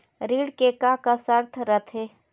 ऋण के का का शर्त रथे?